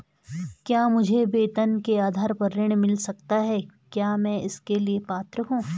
क्या मुझे वेतन के आधार पर ऋण मिल सकता है क्या मैं इसके लिए पात्र हूँ?